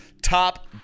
Top